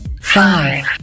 Five